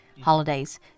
holidays